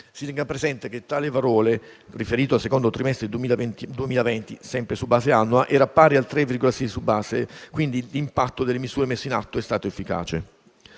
Si tenga presente che tale valore, riferito al secondo trimestre 2020 (sempre su base annua), era pari al 3,6 per cento; quindi l'impatto delle misure messe in atto è stato efficace.